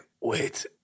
wait